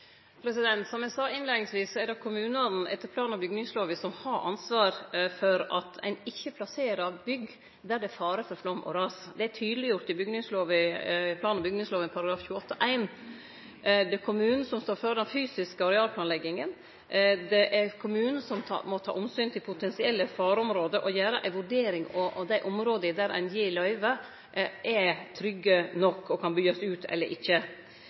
Som eg sa innleiingsvis, er det etter plan- og bygningslova kommunane som har ansvar for at ein ikkje plasserer bygg der det er fare for flaum og ras. Det er tydeleggjort i plan- og bygningslova § 28-1. Det er kommunen som står for den fysiske arealplanlegginga, og det er kommunen som må ta omsyn til potensielle fareområde og gjere ei vurdering av om dei områda der ein gir løyve, er trygge nok og kan byggjast ut eller ikkje.